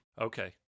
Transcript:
Okay